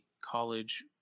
college